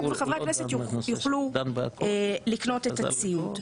כדי שחברי הכנסת יוכלו לקנות את הציוד.